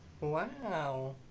Wow